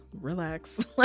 relax